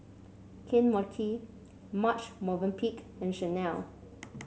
Kane Mochi Marche Movenpick and Chanel